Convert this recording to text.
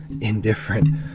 indifferent